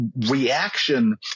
reaction